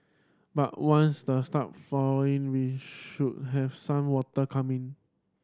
but once the start flowering we should have some water coming in